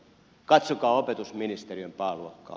katsokaa opetusministeriön pääluokkaa